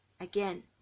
Again